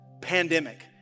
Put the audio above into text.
pandemic